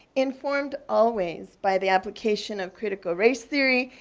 informed always by the application of critical race theory,